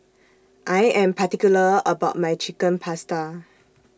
I Am particular about My Chicken Pasta